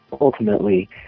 ultimately